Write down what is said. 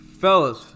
fellas